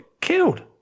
killed